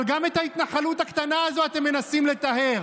אבל גם את ההתנחלות הקטנה הזו אתם מנסים לטהר.